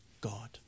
God